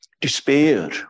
despair